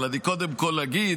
אבל אני קודם כול אגיד,